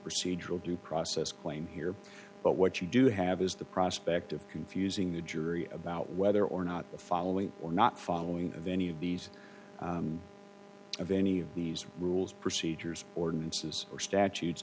procedural due process claim here but what you do have is the prospect of confusing the jury about whether or not the following or not following of any of these of any of these rules procedures ordinances or statutes